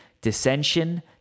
dissension